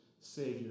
Savior